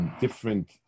Different